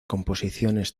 composiciones